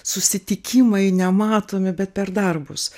susitikimai nematomi bet per darbus